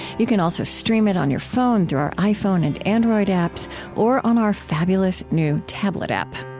you can also stream it on your phone through our iphone and android apps or on our fabulous new tablet app